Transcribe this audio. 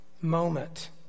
moment